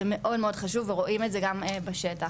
זה מאוד חשוב ורואים את זה גם בשטח.